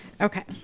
Okay